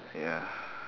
ya